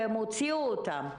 הן הוציאו אותם.